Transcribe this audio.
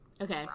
Okay